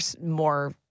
more